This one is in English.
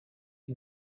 who